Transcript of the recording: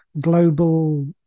global